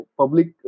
public